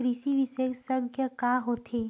कृषि विशेषज्ञ का होथे?